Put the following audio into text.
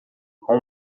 com